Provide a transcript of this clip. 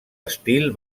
estil